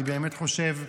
אני באמת חושב,